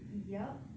yup